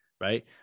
right